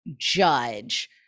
judge